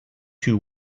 two